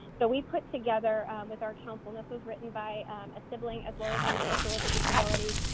so we put together with our council, and this was written by a sibling as well as an individual with a disability,